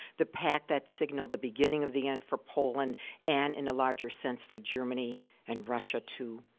the pact that signaled the beginning of the end for poland and, in a larger sense, for germany and russia, too.